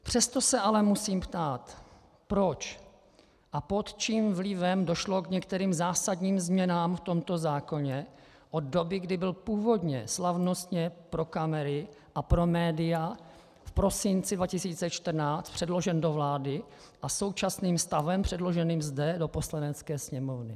Přesto se ale musím ptát, proč a pod čím vlivem došlo k některým zásadním změnám v tomto zákoně od doby, kdy byl původně slavnostně pro kamery a pro média v prosinci 2014 předložen do vlády, a současným stavem předloženým zde do Poslanecké sněmovny.